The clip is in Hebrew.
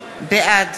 בעד